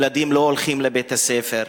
ילדים לא הולכים לבית-הספר.